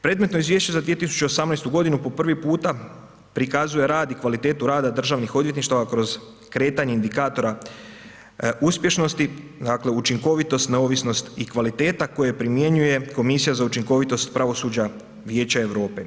Predmetno izvješće za 2018. godinu po prvi puta prikazuje rad i kvalitetu rada državnih odvjetništava kroz kretanje indikatora uspješnosti, dakle učinkovitost, neovisnost i kvaliteta koje primjenjuje komisija za učinkovitost pravosuđa Vijeća Europe.